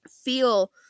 feel